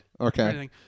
Okay